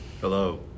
Hello